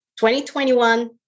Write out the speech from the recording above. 2021